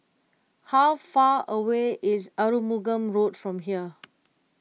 how far away is Arumugam Road from here